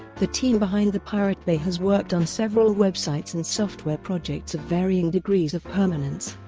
the team behind the pirate bay has worked on several websites and software projects of varying degrees of permanence.